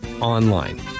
online